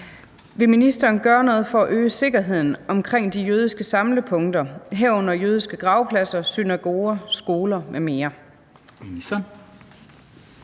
Vil ministeren gøre noget for at øge sikkerheden omkring de jødiske samlepunkter, herunder jødiske gravpladser, synagoger, skoler m.m.?